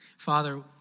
Father